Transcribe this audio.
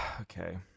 Okay